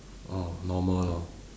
orh normal lor